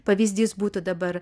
pavyzdys būtų dabar